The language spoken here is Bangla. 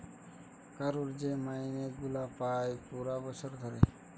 কারুর যে মাইনে গুলা পায় পুরা বছর ধরে